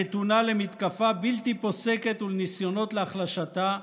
הנתונה למתקפה בלתי פוסקת ולניסיונות להחלשתה,